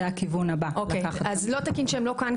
הכיוון הבא לקחת --- אז לא תקין שהם לא כאן,